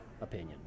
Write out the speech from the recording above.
opinion